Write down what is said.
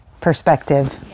perspective